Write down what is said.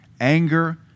anger